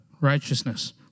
Righteousness